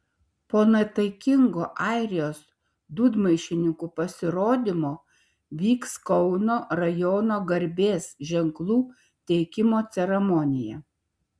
po nuotaikingo airijos dūdmaišininkų pasirodymo vyks kauno rajono garbės ženklų teikimo ceremonija